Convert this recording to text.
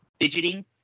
fidgeting